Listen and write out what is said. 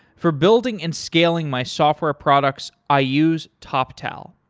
for building and scaling my software products i use toptal.